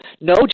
No